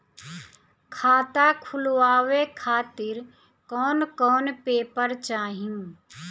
खाता खुलवाए खातिर कौन कौन पेपर चाहीं?